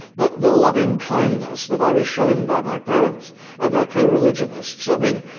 but the loving kindness that i was shown by my parents and their co-religionists, i mean,